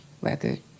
record